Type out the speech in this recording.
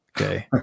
Okay